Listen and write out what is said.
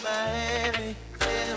Miami